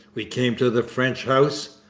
we came to the french house.